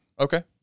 Okay